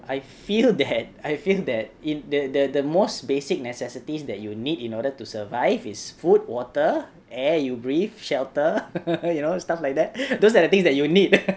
I feel that I feel that in the the most basic necessities that you need in order to survive is food water air you breathe shelter you know stuff like that those are the things that you need